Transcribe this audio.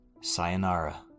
sayonara